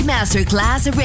Masterclass